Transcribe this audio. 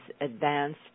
advanced